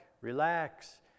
relax